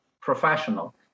professional